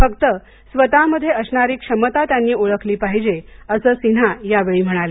फक्त स्वतःत असणारी क्षमता त्यांनी ओळखली पाहिजे असं सिन्हा यावेळी म्हणाले